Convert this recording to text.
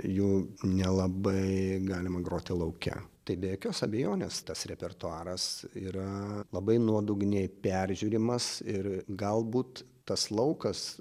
jų nelabai galima groti lauke tai be jokios abejonės tas repertuaras yra labai nuodugniai peržiūrimas ir galbūt tas laukas